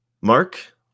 Mark